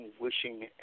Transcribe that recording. wishing